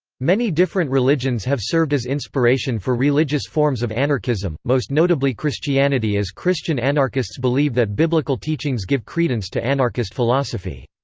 many different religions have served as inspiration for religious forms of anarchism, most notably christianity as christian anarchists believe that biblical teachings give credence to anarchist philosophy.